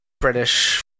british